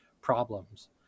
problems